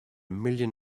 million